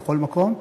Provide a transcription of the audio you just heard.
בכל מקום,